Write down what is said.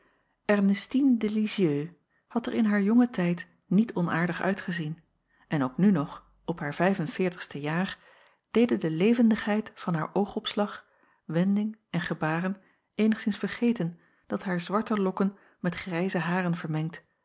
ernestine de lizieux had er in haar jongen tijd niet onaardig uitgezien en ook nu nog op haar vijf en veertigste jaar deden de levendigheid van haar oogopslag wending en gebaren eenigszins vergeten dat haar zwarte lokken met grijze haren vermengd